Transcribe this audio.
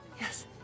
Yes